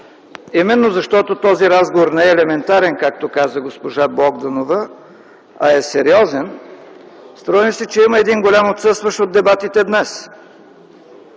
именно защото този разговор не е елементарен, както каза госпожа Богданова, а е сериозен, струва ми се, че има един голям отсъстващ от дебатите днес